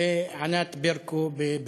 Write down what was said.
וענת ברקו, בבי"ת.